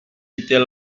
étais